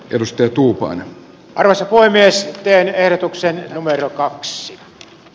perustettu upan paras oli mies pieniä erotuksen numero kaksi s